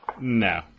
No